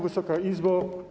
Wysoka Izbo!